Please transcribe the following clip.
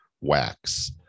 wax